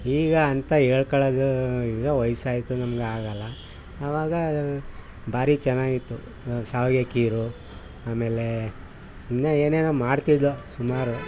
ಈಗ ಅಂತ ಹೇಳ್ಕೊಳ್ಳೋದು ಈಗ ವಯಸ್ಸಾಯ್ತು ನಮ್ಗೆ ಆಗಲ್ಲ ಆವಾಗ ಭಾರಿ ಚೆನ್ನಾಗಿತ್ತು ಶಾವಿಗೆ ಖೀರು ಆಮೇಲೆ ಇನ್ನು ಏನೇನೋ ಮಾಡ್ತಿದ್ವು ಸುಮಾರು